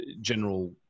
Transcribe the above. general